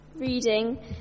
Reading